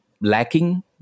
lacking